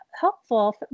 helpful